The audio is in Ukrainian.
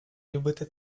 любити